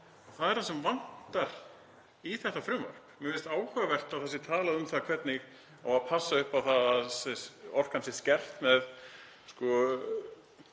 það er það sem vantar í þetta frumvarp. Mér finnst áhugavert að talað sé um hvernig á að passa upp á það að orkan sé skert með